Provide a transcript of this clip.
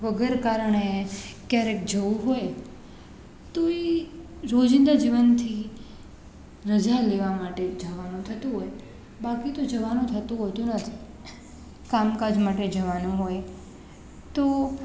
વગર કારણે ક્યારેક જવું હોય તો એ રોજિંદા જીવનથી રજા લેવાં માટે જવાનું થતું હોય બાકી તો જવાનું થતું હોતું નથી કામ કાજ માટે જવાનું હોય તો